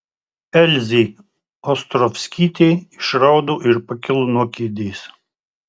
elzė ostrovskytė išraudo ir pakilo nuo kėdės